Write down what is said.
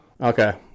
Okay